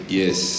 yes